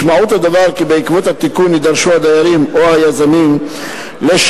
משמעות הדבר היא כי בעקבות התיקון יידרשו הדיירים או היזמים לשלם